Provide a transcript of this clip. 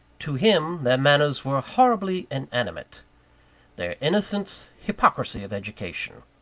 to him, their manners were horribly inanimate their innocence, hypocrisy of education.